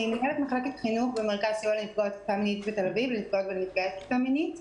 אני מנהלת מחלקת חינוך במרכז סיוע לנפגעות ונפגעי תקיפה מינית בתל אביב.